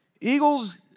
Eagles